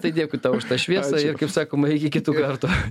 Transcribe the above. tai dėkui tau už tą šviesą ir kaip sakoma iki kitų kartų